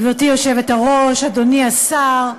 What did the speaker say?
גברתי היושבת-ראש, אדוני השר,